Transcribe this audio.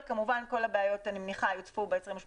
אני מניחה שכל הבעיות האלה יוצפו ב-28